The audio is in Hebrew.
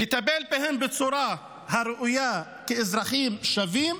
לטפל בהם בצורה הראויה כאזרחים שווים,